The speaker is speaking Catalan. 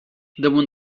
damunt